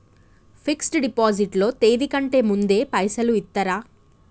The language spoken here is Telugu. ఫిక్స్ డ్ డిపాజిట్ లో తేది కంటే ముందే పైసలు ఇత్తరా?